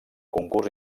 concurs